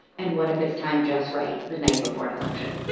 and what if it's time just right the night before an election?